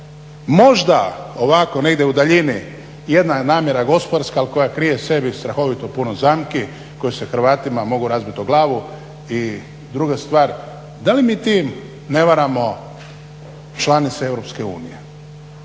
možda ovako negdje u daljini jedna namjera gospodarska ali koja krije u sebi strahovito puno zamki koje se Hrvatima mogu razbit o glavu. I druga stvar, da li mi tim ne varamo članice